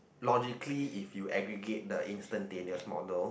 logically if you aggregate the instantaneous models